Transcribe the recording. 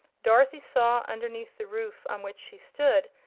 dorothy saw, underneath the roof on which she stood,